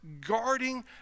guarding